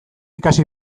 ikasi